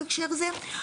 בהקשר הזה.